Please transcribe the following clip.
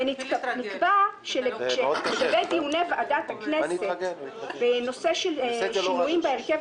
ונקבע שלגבי דיוני ועדת הכנסת בנושא של שינויים בהרכב